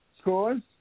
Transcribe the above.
Scores